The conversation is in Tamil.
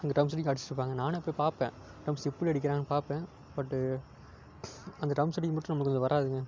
அங்கே ட்ரம்ஸு எடுத்து அடிச்சிட்டிருப்பாங்க நானும் போய் பார்ப்பேன் ட்ரம்ஸு எப்படி அடிக்கிறாங்கனு பார்ப்பேன் பட்டு அந்த ட்ரம்ஸு அடிக்கிறது மட்டும் நமக்கு கொஞ்சம் வராதுங்க